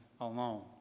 alone